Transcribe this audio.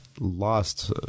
Lost